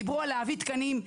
דיברו על להביא תקנים,